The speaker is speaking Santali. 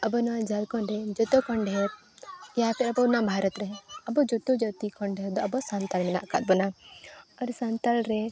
ᱟᱵᱚ ᱱᱚᱣᱟ ᱡᱷᱟᱲᱠᱷᱚᱸᱰ ᱨᱮ ᱡᱚᱛᱚᱠᱷᱚᱱ ᱰᱷᱮᱨ ᱤᱭᱟ ᱚᱱᱟ ᱵᱷᱟᱨᱚᱛ ᱨᱮ ᱟᱵᱚ ᱡᱚᱛᱚ ᱡᱟᱛᱤ ᱠᱷᱚᱱ ᱫᱚ ᱟᱵᱚ ᱥᱟᱱᱛᱟᱲ ᱢᱮᱱᱟᱜ ᱠᱟᱫ ᱵᱚᱱᱟ ᱟᱨ ᱥᱟᱱᱛᱟᱲ ᱨᱮ